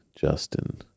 Justin